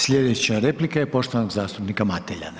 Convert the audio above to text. Sljedeća replika je poštovanog zastupnika Mateljana.